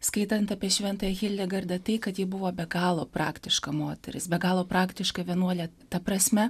skaitant apie šventąją hildegardą tai kad ji buvo be galo praktiška moteris be galo praktiška vienuolė ta prasme